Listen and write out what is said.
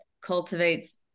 cultivates